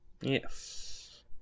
Yes